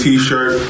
T-shirt